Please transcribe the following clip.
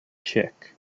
chick